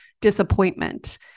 disappointment